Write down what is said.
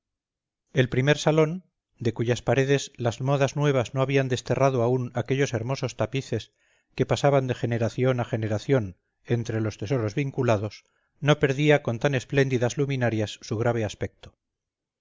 el primer salón de cuyas paredes las modas nuevas no habían desterrado aún aquellos hermosos tapices que pasaban de generación a generación entre los tesoros vinculados no perdía con tan espléndidas luminarias su grave aspecto